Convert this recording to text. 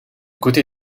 côté